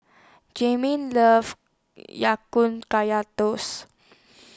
Jamil loves Ya Kun Kaya Toast